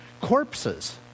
corpses